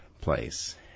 place